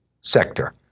sector